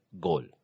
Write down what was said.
goal